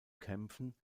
kämpfen